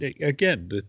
again